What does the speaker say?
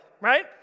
right